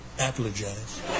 apologize